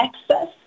access